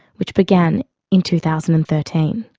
which began in two thousand and thirteen,